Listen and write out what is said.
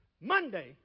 Monday